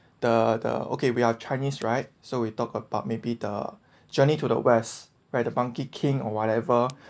the the okay we are chinese right so we talk about maybe the journey to the west where the monkey king or whatever